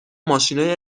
ماشینای